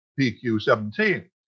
PQ-17